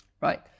right